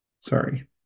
Sorry